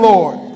Lord